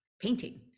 painting